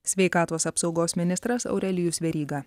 sveikatos apsaugos ministras aurelijus veryga